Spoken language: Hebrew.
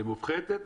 מופחתת,